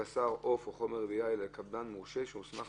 בשר עוף או חומר רביה אלא לקבלן מורשה שהוסמך